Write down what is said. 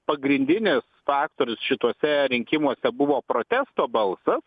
pagrindinis faktorius šituose rinkimuose buvo protesto balsas